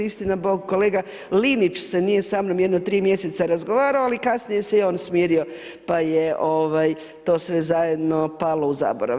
Istina bog kolega Linić se nije sa mnom jedno tri mjeseca razgovarao, ali kasnije se i on smirio pa je to sve zajedno palo u zaborav.